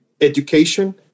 education